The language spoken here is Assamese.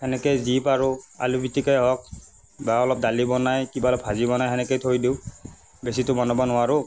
সেনেকৈয়ে যি পাৰো আলু পিটিকাই হওক বা অলপ দালি বনাই কিবা এটা ভাজি বনাই সেনেকৈয়ে থৈ দিওঁ বেছিতো বনাব নোৱাৰোঁ